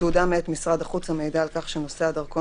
ותעודה מאת משרד החוץ המעידה על כך שנושא הדרכון